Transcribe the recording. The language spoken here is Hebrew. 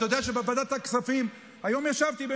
אתה יודע שבוועדת הכספים היום ישבתי,